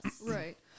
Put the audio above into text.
right